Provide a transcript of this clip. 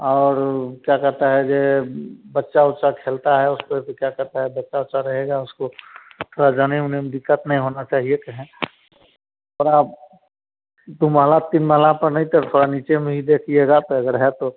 और ऊ क्या कहता है जे बच्चा वच्चा खेलता है उसपे भी क्या कहता है बच्चा वच्चा रहेगा उसको थोड़ा जाने ऊने में दिक़्क़त नहीं होना चाहिए कहीं दु माला तीन माला पर नहीं चढ़ पा नीचे में ही देखिएगा पे अगर है तो